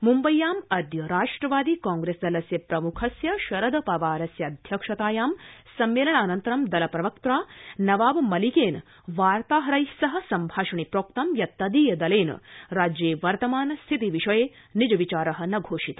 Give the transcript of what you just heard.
मम्बव्यामद्य Rashtravadi Congress दलस्य प्रमुखस्य शरद पवारस्य अध्यक्षतायां सम्मेलनानन्तरं दलप्रवक्त्रा नवाब मलिकेन वार्ताहरैस्सह सम्भाषणे प्रोक्तं यत् तदीय दलेन राज्ये वर्तमान स्थिति विषये निज विचार न घोषित